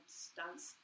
stunts